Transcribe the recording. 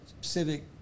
civic